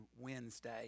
Wednesday